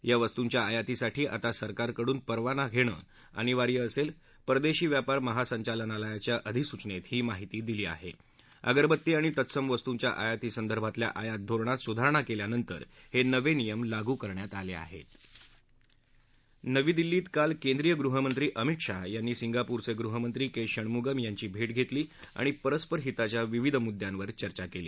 या वस्तूंच्या आयातीसाठी आता सरकारकडून परवाना घरीअनिवार्य असणार आह विरदक्षी व्यापार महासंचालनालयाच्या अधिसूवनसीही माहिती दिली आह अगरबत्ती आणि तत्सम वस्तूंच्या आयातीसंदर्भातल्या आयात धोरणात सुधारणा कल्पानंतर हत्विवियम लागू करण्यात आल्रिहाती नवी दिल्लीत काल केंद्रीय गृहमंत्री अमित शाह यांनी सिगापोरचग्रिहमंत्री क्रिणमुगम यांची भावस्त्रीी आणि परस्पर हिताच्या विविध मुद्द्यावर चर्चा कल्ती